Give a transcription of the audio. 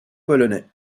polonais